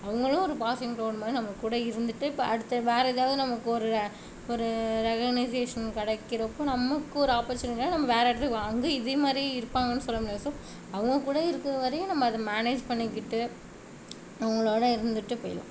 அவங்களும் ஒரு passing cloud மாதிரி நம்ம கூட இருந்துகிட்டு இப்போ அடுத்த வேறு ஏதாவது நமக்கு ஒரு அ ஒரு ரெகக்னிசேஷன் கிடைக்கிறப்போ நமக்கு ஒரு ஆப்பர்ட்ச்சுனிட்டினால் நம்ம வேறு இடத்துக்கு போகலாம் அங்கேயும் இதே மாதிரி இருப்பாங்கன்னா சொல்ல முடியாது ஸோ அவங்ககூட இருக்கிற வரையும் நம்ம அதை மேனேஜ் பண்ணிகிட்டு அவங்களோட இருந்துகிட்டு போயிடுலாம்